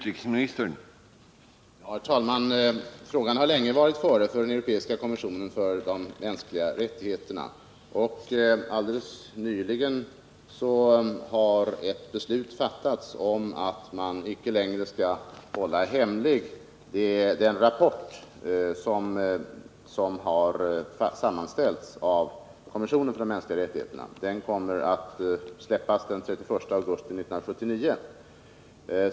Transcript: Herr talman! Frågan har länge varit före i den europeiska kommissionen för de mänskliga rättigheterna. Helt nyligen har ett beslut fattats om att man inte längre skall hemlighålla den rapport som har sammanställts av kommissionen för de mänskliga rättigheterna; den kommer att frisläppas den 31 augusti 1979.